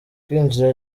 kwinjira